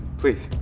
please.